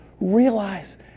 realize